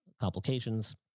complications